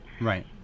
Right